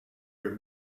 your